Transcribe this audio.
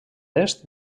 est